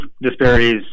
disparities